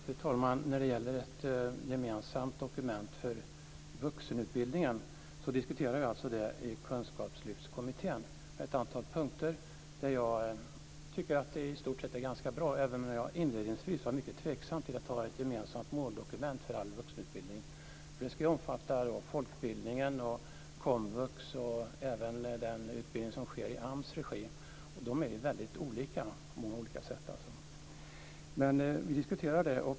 Fru talman! När det gäller ett gemensamt dokument för vuxenutbildningen diskuterar vi alltså det i Kunskapslyftskommittén. På ett antal punkter tycker jag att det i stort sett är ganska bra, även om jag inledningsvis var mycket tveksam till att ha ett gemensamt måldokument för all vuxenutbildning. Det ska då omfatta folkbildningen, komvux och även den utbildning som sker i AMS regi, och de är ju väldigt olika. Vi diskuterar det.